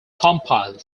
compiled